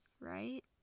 right